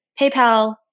PayPal